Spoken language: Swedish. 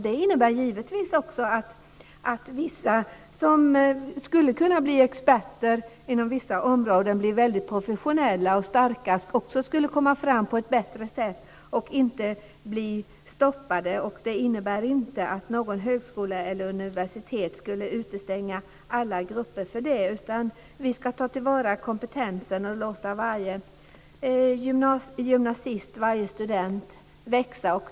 Det innebär givetvis också att vissa som skulle kunna bli experter inom vissa områden och bli väldigt professionella och starka skulle komma fram på ett bättre sätt och inte bli stoppade. Det innebär inte att någon högskola eller något universitet skulle utestänga alla grupper. Vi ska ta till vara kompetensen och låta varje gymnasist och student växa.